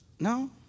No